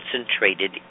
concentrated